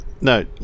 no